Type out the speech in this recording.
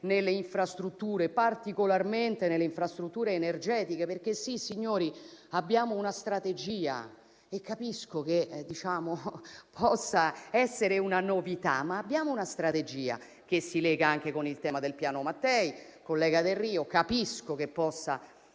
nelle infrastrutture, in particolare in quelle energetiche, perché - sì, signori - abbiamo una strategia; capisco che possa essere una novità, ma abbiamo una strategia che si lega anche con il tema del Piano Mattei. Collega Delrio, capisco che possa